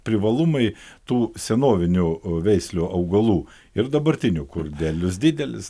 privalumai tų senovinių veislių augalų ir dabartinių kur derlius didelis